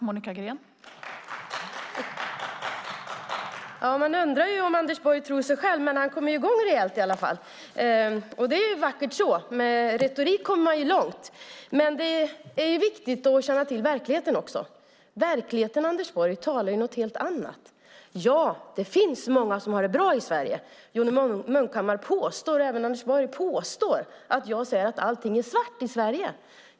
Fru talman! Man undrar om Anders Borg tror på sig själv, men han kom i gång rejält i alla fall, och det är vackert så. Med retorik kommer man långt, men det är viktigt att känna till verkligheten. Verkligheten, Anders Borg, talar om någonting helt annat. Ja, det finns många som har det bra i Sverige. Johnny Munkhammar påstår, och även Anders Borg, att jag säger att allt är svart i Sverige.